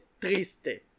triste